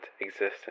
existence